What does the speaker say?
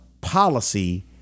policy